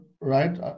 right